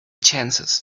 chances